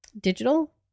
digital